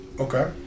Okay